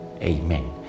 Amen